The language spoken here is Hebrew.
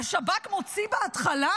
והשב"כ מוציא בהתחלה